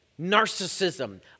narcissism